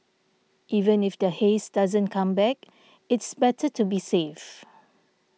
even if the haze doesn't come back it's better to be safe